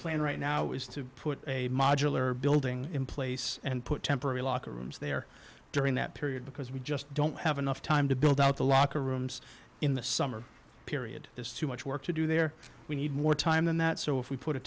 plan right now is to put a modular building in place and put temporary locker rooms there during that period because we just don't have enough time to build out the locker rooms in the summer period there's too much work to do there we need more time than that so if we put a